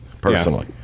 personally